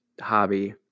hobby